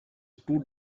two